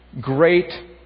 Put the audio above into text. great